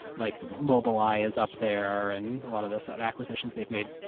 like mobilize up there, and a lot of the so but acquisitions they've made.